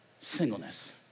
singleness